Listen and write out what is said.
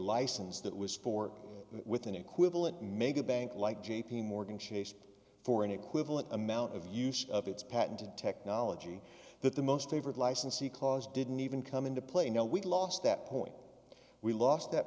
license that was for with an equivalent mega bank like j p morgan chase for an equivalent amount of use of its patented technology that the most favored licensee clause didn't even come into play no we lost that point we lost that